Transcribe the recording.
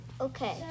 Okay